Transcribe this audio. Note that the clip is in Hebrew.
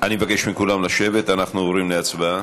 אני מבקש מכולם לשבת, אנחנו עוברים להצבעה.